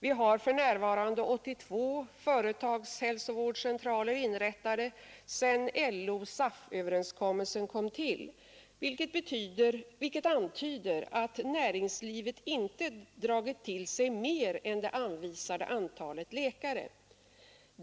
Vi har för närvarande 82 företagshälsovårdscentraler inrättade sedan LO-—-SAF-överenskommelsen kom till, vilket antyder att näringslivet inte dragit till sig mer än det anvisade antalet läkare.